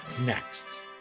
next